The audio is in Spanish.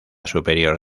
superior